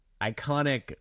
iconic